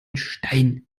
stein